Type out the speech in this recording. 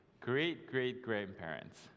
Great-great-grandparents